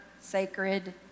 sacred